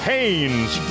Haynes